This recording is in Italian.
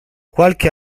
qualche